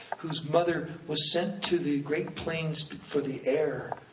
whose mother was sent to the great plains for the air.